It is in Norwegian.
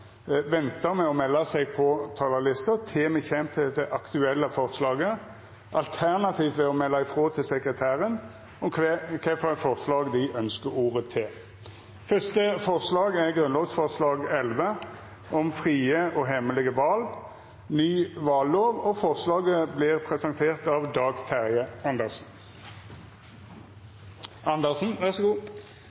ventar med å melda seg på talarlista til me kjem til det aktuelle forslaget – alternativt melda frå til sekretæren om kva for forslag dei ønskjer ordet til. Første forslag er grunnlovsforslag 11, om frie og hemmelege val – ny vallov. Takk for at det blir